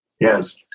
Yes